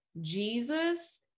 Jesus